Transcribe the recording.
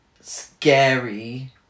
scary